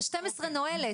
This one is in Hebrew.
ב-12 אני נועלת.